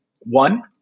One